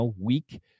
weak